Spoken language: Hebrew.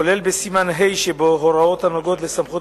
כולל בסימן ה' שבו הוראות הנוגעות לסמכות